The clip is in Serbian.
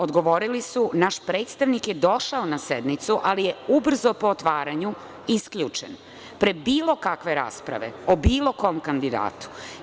Odgovorili su – naš predstavnik je došao na sednicu, ali je ubrzo po otvaranju isključen pre bilo kakve rasprave o bilo kom kandidatu.